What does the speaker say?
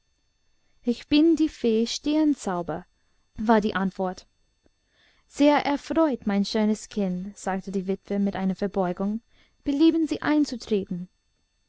ich bin die fee stirnzauber war die antwort sehr erfreut mein schönes kind sagte die witwe mit einer verbeugung belieben sie einzutreten